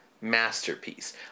masterpiece